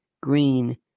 green